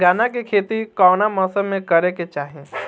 गन्ना के खेती कौना मौसम में करेके चाही?